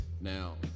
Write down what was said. Now